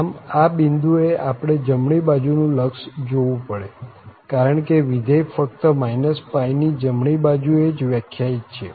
આમ આ બિંદુ એ આપણે જમણી બાજુનું લક્ષ જોવું પડે કારણ કે વિધેય ફક્ત π ની જમણી બાજુ એ જ વ્યાખ્યાયિત છે